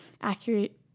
accurate